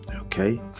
Okay